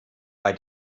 bei